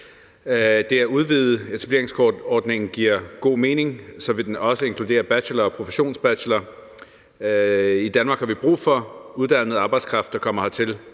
Det at udvide etableringskortordningen giver god mening, og så vil det også inkludere bachelorer og professionsbachelorer. I Danmark har vi brug for uddannet arbejdskraft, som vel